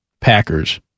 Packers